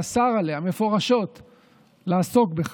שאסר עליה מפורשות לעסוק בכך.